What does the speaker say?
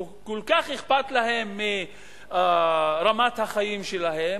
כל כך אכפת להם מרמת החיים שלהם,